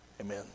Amen